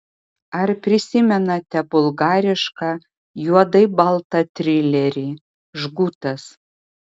ar prisimenate bulgarišką juodai baltą trilerį žgutas